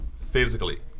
physically